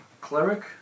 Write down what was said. cleric